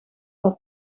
wat